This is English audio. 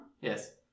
Yes